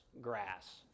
grass